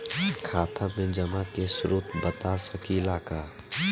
खाता में जमा के स्रोत बता सकी ला का?